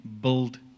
build